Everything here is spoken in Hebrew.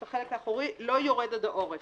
את החלק האחורי לא יורד עד העורף.